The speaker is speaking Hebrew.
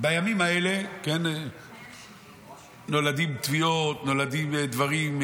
בימים האלה נולדות תביעות, נולדים דברים.